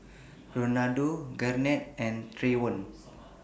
Renaldo Garnett and Trayvon